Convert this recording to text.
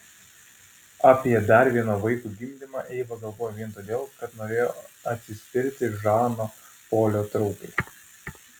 apie dar vieno vaiko gimdymą eiva galvojo vien todėl kad norėjo atsispirti žano polio traukai